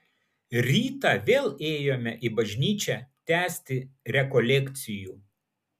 rytą vėl ėjome į bažnyčią tęsti rekolekcijų